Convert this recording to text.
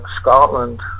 Scotland